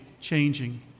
changing